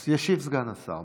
אז ישיב סגן השר.